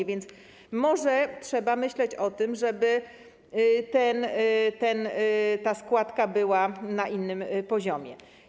A więc może trzeba myśleć o tym, żeby ta składka była na innym poziomie.